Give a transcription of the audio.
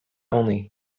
only